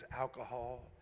alcohol